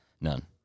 None